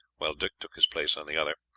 while dick took his place on the other.